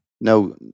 No